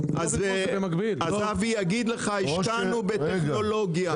אבי יגיד לך השקענו בטכנולוגיה.